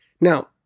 Now